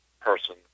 person